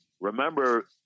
remember